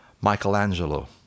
Michelangelo